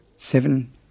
Seven